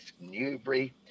newbury